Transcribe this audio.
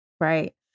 Right